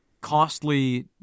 costly